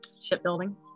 Shipbuilding